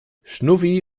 schnuffi